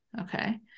okay